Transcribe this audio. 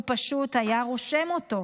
הוא פשוט היה רושם אותו,